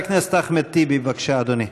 חבר הכנסת אחמד טיבי, בבקשה, אדוני.